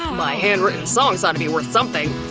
my handwritten songs ought to be worth something!